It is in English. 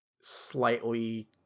slightly